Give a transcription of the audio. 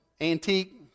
antique